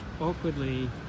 awkwardly